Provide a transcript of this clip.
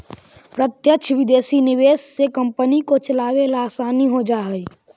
प्रत्यक्ष विदेशी निवेश से कंपनी को चलावे ला आसान हो जा हई